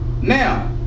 Now